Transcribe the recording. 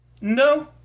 No